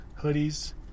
hoodies